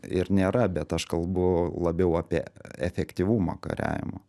ir nėra bet aš kalbu labiau apie efektyvumą kariavimo